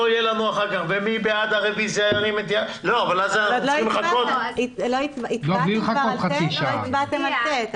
עוד לא הצבעתם על (ט).